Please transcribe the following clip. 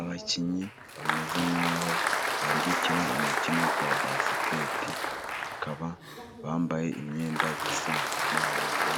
Abakinnyi bameze nkaho bari gukina umukino wa basikete, bakaba bambaye imyenda isa n'umuhondo,